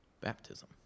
baptism